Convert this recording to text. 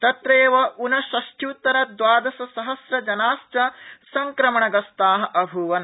तत्रैव ऊनषष्ठयोतर द्वादशसहस्रजनाश्च संक्रमणप्रस्ता अभूवन्